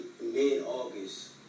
mid-August